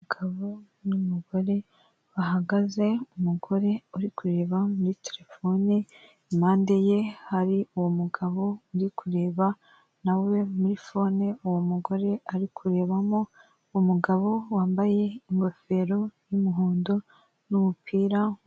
Umugabo n'umugore bahagaze, umugore uri kureba muri terefone, impande ye hari uwo mugabo uri kureba nawe muri fone uwo mugore ari kurebamo, umugabo wambaye ingofero y'umuhondo n'umupira.